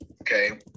okay